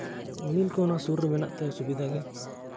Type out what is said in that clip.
ᱢᱤᱞ ᱦᱚᱸ ᱚᱱᱟ ᱥᱩᱨ ᱨᱮ ᱢᱮᱱᱟᱜ ᱛᱮ ᱥᱩᱵᱤᱫᱷᱟ ᱜᱮ